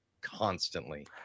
constantly